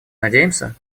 надеемся